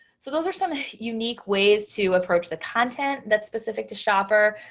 so those are some unique ways to approach the content that's specific to shopper.